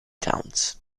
talents